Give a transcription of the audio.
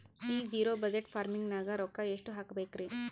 ಈ zero budget farming ನಾಗ್ ರೊಕ್ಕ ಎಷ್ಟು ಹಾಕಬೇಕರಿ?